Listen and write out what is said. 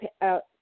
out